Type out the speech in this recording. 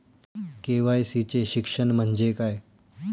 KYC चे शिक्षण म्हणजे काय?